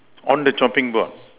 all the chopping board